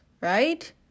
Right